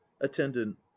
attendant